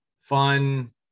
fun